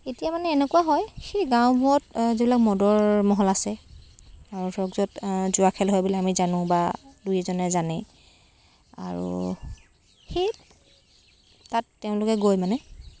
এতিয়া মানে এনেকুৱা হয় সেই গাওঁবোৰত যিবিলাক মদৰ মহল আছে আৰু ধৰক য'ত জুৱা খেল হয় বুলি আমি জানো বা দুই এজনে জানে আৰু সেই তাত তেওঁলোকে গৈ মানে